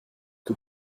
que